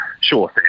sure